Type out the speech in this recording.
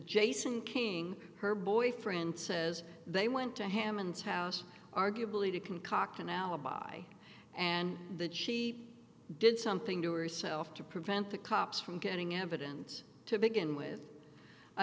jason king her boyfriend says they went to hammond's house arguably to concoct an alibi and the g did something to herself to prevent the cops from getting evidence to begin with i